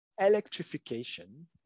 electrification